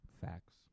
facts